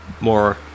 more